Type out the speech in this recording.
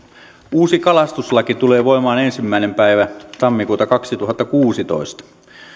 uusi kalastuslaki tulee voimaan ensimmäinen päivä tammikuuta kaksituhattakuusitoista